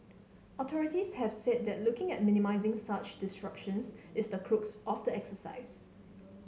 authorities have said that looking at minimising such disruptions is the crux of the exercise